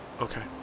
Okay